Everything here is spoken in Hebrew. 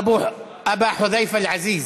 אבו חודיפה היקר.